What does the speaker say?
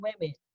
women